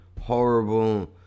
horrible